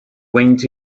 went